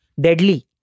deadly